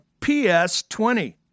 PS20